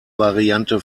variante